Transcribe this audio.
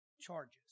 charges